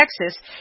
Texas